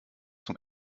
zum